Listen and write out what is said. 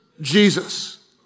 Jesus